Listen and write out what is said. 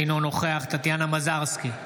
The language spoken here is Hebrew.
אינו נוכח טטיאנה מזרסקי,